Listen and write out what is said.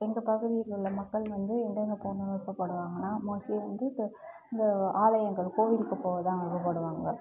எங்கள் பகுதியில் உள்ள மக்கள் வந்து எங்கங்கே போகணுன்னு விருப்பப்படுவாங்கன்னா மோஸ்ட்லி வந்து இப்போ இந்த ஆலயங்கள் கோவிலுக்கு போக தான் விருப்பப்படுவாங்க